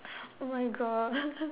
oh my God